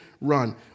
run